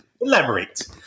Elaborate